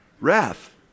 Wrath